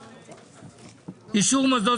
אני עובר לסעיף הבא בסדר-היום: 1. הצעת אישור מוסדות